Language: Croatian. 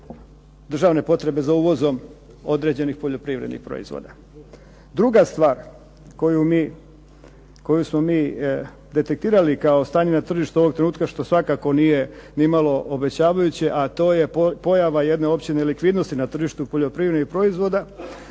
državne potrebe za uvozom određenih poljoprivrednih proizvoda. Druga stvar koju mi, koju smo mi detektirali kao stanje na tržištu ovog trenutka što svakako nije ni malo obećavajuće, a to je pojava jedne opće nelikvidnosti na tržištu poljoprivrednih proizvoda,